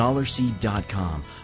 DollarSeed.com